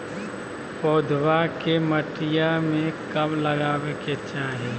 पौधवा के मटिया में कब लगाबे के चाही?